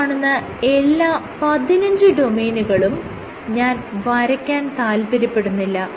ഈ കാണുന്ന എല്ലാ 15 ഡൊമെയ്നുകളും ഞാൻ വരയ്ക്കാൻ താല്പര്യപ്പെടുന്നില്ല